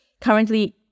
currently